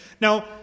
Now